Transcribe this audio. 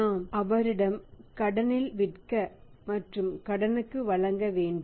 நாம் அவரிடம் கடனில் விற்க மற்றும் கடனுக்கு வழங்க வேண்டும்